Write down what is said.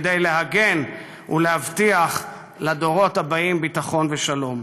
וכדי להגן ולהבטיח לדורות הבאים ביטחון ושלום.